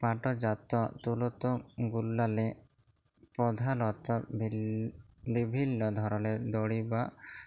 পাটজাত তলতুগুলাল্লে পধালত বিভিল্ল্য ধরলের দড়ি বা